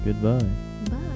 Goodbye